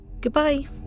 Goodbye